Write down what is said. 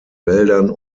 wäldern